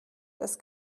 das